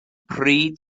pryd